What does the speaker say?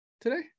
today